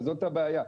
וזאת הבעיה.